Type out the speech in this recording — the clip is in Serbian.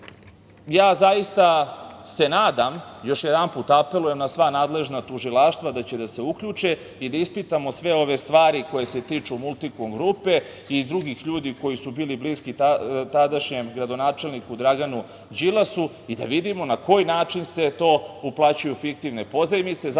se zaista nadam, još jedanput apelujem na sva nadležna tužilaštva da će da se uključe i da ispitamo sve ove stvari koje se tiču „Multikom grupe“ i drugih ljudi koji su bili bliski tadašnjem gradonačelniku Draganu Đilasu i da vidimo na koji način se to uplaćuju fiktivne pozajmice,